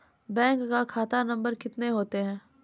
Bank का खाता number कितने होते हैं?